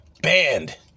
banned